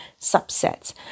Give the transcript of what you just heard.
subsets